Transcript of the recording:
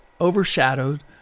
overshadowed